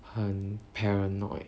很 paranoid